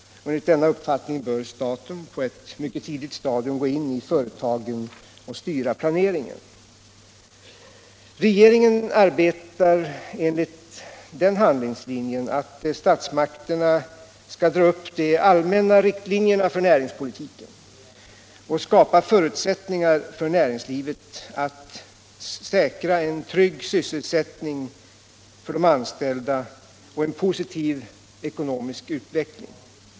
Enligt denna uppfattning bör staten på ett mycket tidigt stadium gå in i företagen och styra planeringen. Regeringen arbetar enligt den handlingslinjen att statsmakterna skall dra upp de allmänna riktlinjerna för näringspolitiken och skapa förutsättningar för näringslivet att säkra en trygg sysselsättning för de anställda och en positiv ekonomisk utveckling.